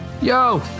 Yo